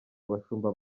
abashumba